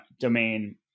domain